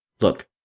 Look